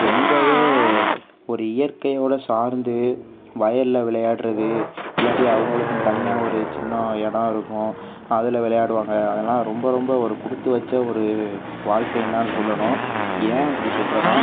ரொம்பவே ஒரு இயற்கையோட சார்ந்து வயலில் விளையாடுவது இல்லாட்டி அவங்களுக்குனு தனியாக ஒரு சின்ன இடம் இருக்கும் அதில் விளையாடுவாங்க அதலாம் ரொம்ப ரொம்ப ஒரு கொடுத்து வச்ச ஒரு வாழ்க்கைனு தான் சொல்லணும் ஏன் அப்படி சொல்கிறேன்னா